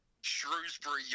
Shrewsbury